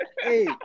hey